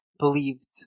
Believed